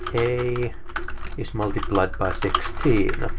a is multiplied by sixteen.